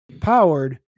powered